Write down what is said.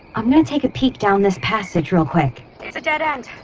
i'm going to take a peek down this passage real quick it's a dead end,